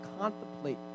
contemplate